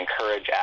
encourage